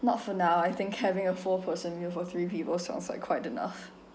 not for now I think having a four person meal for three people sort of like quite enough